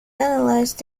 analyze